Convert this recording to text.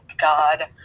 God